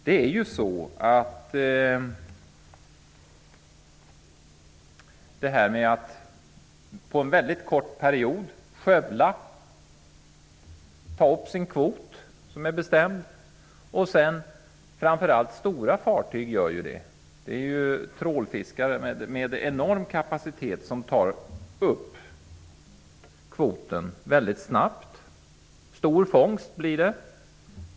Stora fartyg tar ju under en väldigt kort period upp sin bestämda kvot -- skövlar. Det är trålfiskare med en enorm kapacitet som tar upp sin kvot väldigt snabbt. Fångsten blir stor.